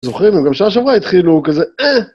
זוכרים? הם גם שעה שבוע התחילו, כזה...